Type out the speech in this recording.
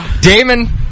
Damon